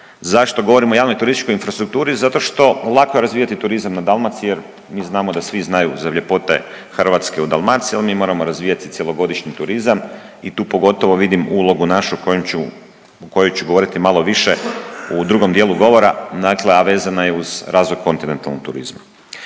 Zašto govorim o javnoj turističkoj infrastrukturi? Zato što lako je razvijati turizam na Dalmaciji, jer mi znamo da svi znaju za ljepote Hrvatske u Dalmaciji. Ali mi moramo razvijati cjelogodišnji turizam i tu pogotovo vidim ulogu našu o kojoj ću govoriti malo više u drugom dijelu govora, dakle a vezana je uz razvoj kontinentalnog turizma.